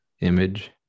image